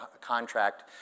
contract